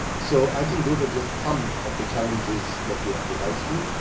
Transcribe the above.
so i think those are just some of the challenges that we have to rise to.